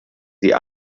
sie